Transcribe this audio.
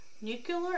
nuclear